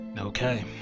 Okay